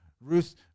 Ruth